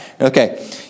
Okay